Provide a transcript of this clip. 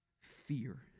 fear